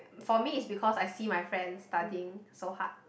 for me it's because I see my friend studying so hard